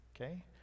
okay